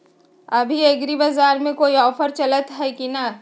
अभी एग्रीबाजार पर कोई ऑफर चलतई हई की न?